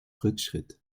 rückschritt